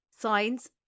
signs